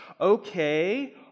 Okay